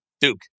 Duke